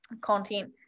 content